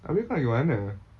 abeh kau nak pergi mana